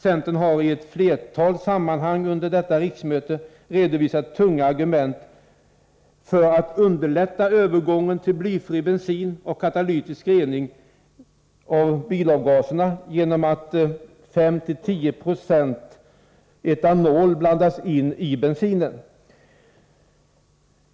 Centern har i flera olika sammanhang under detta riksmöte redovisat tunga argument för att underlätta övergången till blyfri bensin och katalytisk rening av bilavgaserna genom att 5-10 96 etanol blandas in i bensinen.